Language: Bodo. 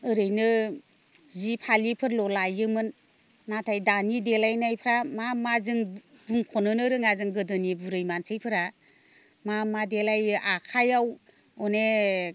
ओरैनो जि फालिफोरल' लायोमोन नाथाय दानि देलायनायफोरा मा मा जों बुंख'नोनो रोङा जों गोदोनि बुरै मानसिफोरा मा मा देलायो आखाइयाव अनेक